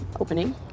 opening